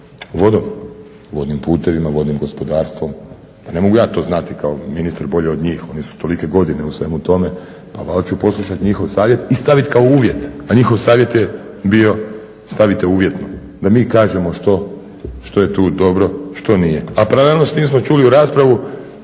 vodom, vodnim putevima, vodnim gospodarstvom. Ne mogu ja to znati kao ministar bolje od njih, oni su tolike godine u svemu tome pa valjda ću poslušat njihov savjet i stavit kao uvjet, a njihov savjet je bio stavite uvjetno, da mi kažemo što je tu dobro, što nije, a …/Ne razumije se./… nismo čuli u raspravu